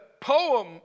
poem